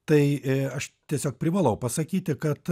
tai aš tiesiog privalau pasakyti kad